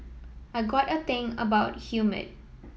I got a thing about humid